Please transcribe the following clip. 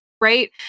right